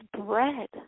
bread